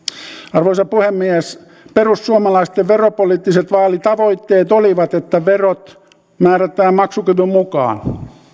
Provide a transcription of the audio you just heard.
arvoisa puhemies perussuomalaisten veropoliittiset vaalitavoitteet olivat että verot määrätään maksukyvyn mukaan